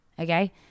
Okay